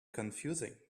confusing